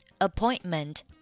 appointment